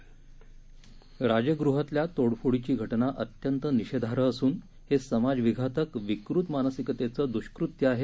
राजगृहातल्या तोडफोडीची घटना अत्यंत निषेधार्ह असून हे समाजविघातक विकृत मानसिकतेचं दुष्कृत्य आहे